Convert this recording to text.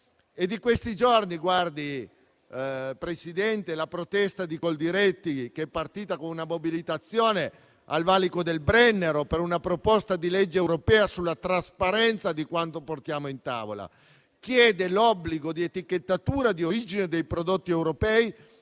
È di questi giorni, Presidente, la protesta di Coldiretti, che è partita con una mobilitazione al valico del Brennero per una proposta di legge europea sulla trasparenza di quanto portiamo in tavola: chiede l'obbligo di etichettatura di origine dei prodotti europei,